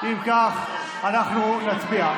אם כך, נצביע.